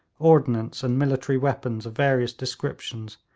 ordnance and military weapons of various descriptions,